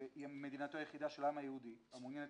היא מדינתו היחידה של העם היהודי המעוניינת